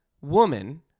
woman